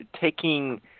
taking